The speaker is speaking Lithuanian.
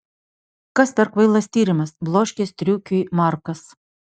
kas per kvailas tyrimas bloškė striukiui markas